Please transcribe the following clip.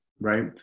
Right